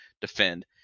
defend